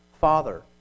father